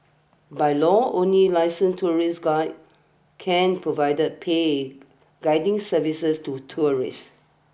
by law only licensed tourist guides can provided paid guiding services to tourists